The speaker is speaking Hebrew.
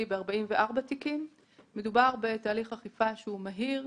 ב-44 תיקים .מדובר בתהליך אכיפה שהוא מהיר,